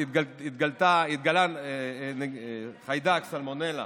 התגלה חיידק סלמונלה